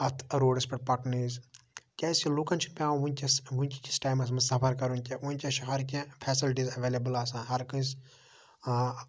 اَتھ روڈَس پٮ۪ٹھ پَکنہٕ ویٖز کیٛازکہِ لُکَن چھِ پٮ۪وان وٕنۍکٮ۪س وٕنۍ کہِ کِس ٹایمَس منٛز سَفَر کَرُن کہِ وٕنۍکٮ۪س چھُ ہَرٕ کیٚنٛہہ فٮ۪سَلٹیٖز اٮ۪وٮ۪لیبٕل آسان ہَرٕ کٲنٛسہِ